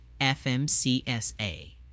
FMCSA